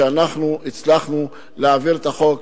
שאנחנו הצלחנו להעביר את החוק.